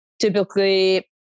typically